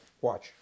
Watch